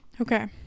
okay